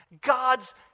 God's